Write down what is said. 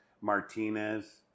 Martinez